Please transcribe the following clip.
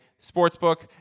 sportsbook